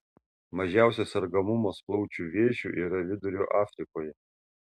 mažiausias sergamumas plaučių vėžiu yra vidurio afrikoje